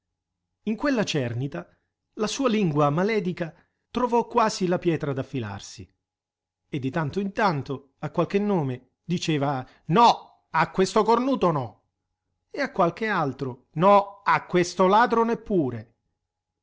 in quella cernita la sua lingua maledica trovò quasi la pietra da affilarsi e di tanto in tanto a qualche nome diceva no a questo cornuto no e a qualche altro no a questo ladro neppure